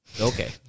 okay